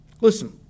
Listen